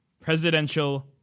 presidential